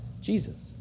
Jesus